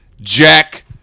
Jack